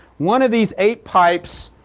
one of these eight pipes,